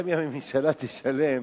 גם אם הממשלה תשלם